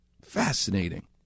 Fascinating